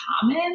common